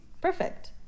perfect